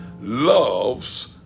loves